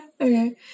okay